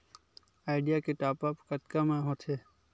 Idea के top आप कतका म होथे?